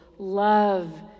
love